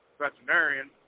veterinarian